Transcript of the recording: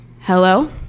hello